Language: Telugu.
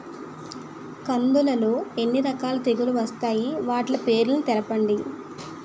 కందులు లో ఎన్ని రకాల తెగులు వస్తాయి? వాటి పేర్లను తెలపండి?